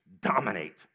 dominate